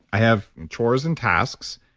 i have chores and tasks,